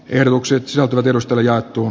herrukset sotivat edustajat tuon